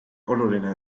oluline